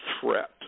threat